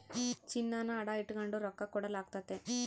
ಚಿನ್ನಾನ ಅಡ ಇಟಗಂಡು ರೊಕ್ಕ ಕೊಡಲಾಗ್ತತೆ